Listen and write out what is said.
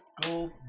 gold